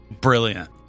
brilliant